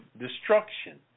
destruction